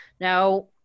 Now